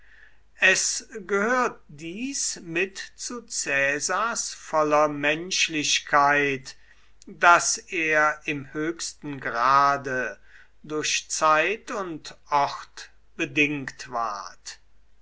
es gehört dies mit zu caesars voller menschlichkeit daß er im höchsten grade durch zeit und ort bedingt ward